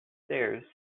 stairs